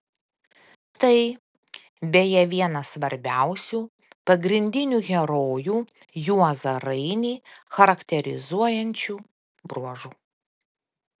tai beje vienas svarbiausių pagrindinį herojų juozą rainį charakterizuojančių bruožų